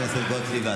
חברת הכנסת גוטליב.